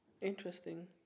Interesting